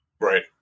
right